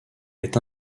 est